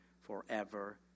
forever